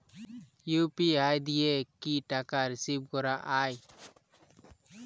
UPI দিয়ে কি টাকা রিসিভ করাও য়ায়?